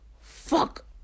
Fuck